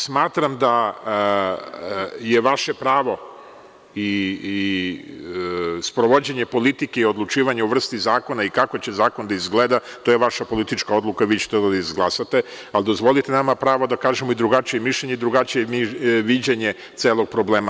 Smatram da je vaše pravo i sprovođenje politike i odlučivanja o vrsti zakona i kako će zakon da izgleda, to je vaša politička odluka, vi ćete to da izglasate, ali dozvolite nama pravo da kažemo i drugačije mišljenje i drugačije viđenje celog problema.